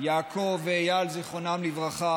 יעקב נפתלי